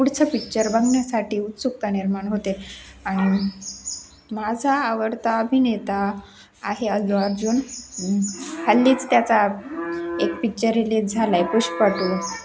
पुढचं पिक्चर बघण्यासाठी उत्सुकता निर्माण होते आणि माझा आवडता अभिनेता आहे अल्लु अर्जून हल्लीच त्याचा एक पिच्चर रिलीज झालाय पुष्प टू